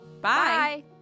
Bye